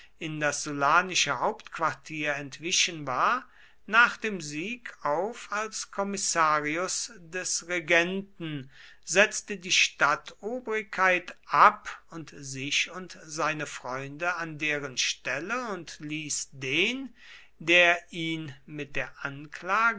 in das sullanische hauptquartier entwichen war nach dem sieg auf als kommissarius des regenten setzte die stadtobrigkeit ab und sich und seine freunde an deren stelle und ließ den der ihn mit der anklage